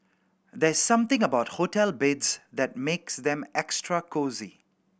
there's something about hotel beds that makes them extra cosy